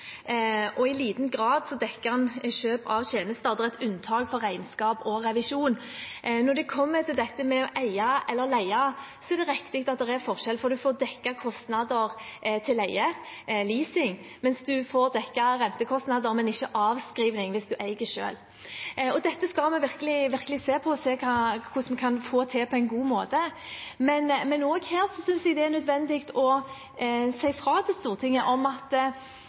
og den dekker i liten grad kjøp av tjenester – det er et unntak for regnskap og revisjon. Når det gjelder dette med å eie eller leie, er det riktig at det er en forskjell. Man får dekket kostnader til leie, leasing, mens man får dekket rentekostnader, men ikke avskrivning hvis man eier selv. Dette skal vi virkelig se på og se hvordan vi kan få til på en god måte. Men også her synes jeg det er nødvendig å si fra til Stortinget om at